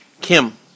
Kim